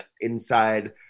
inside